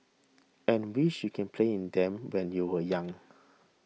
and wish you can play in them when you were young